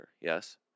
yes